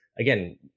again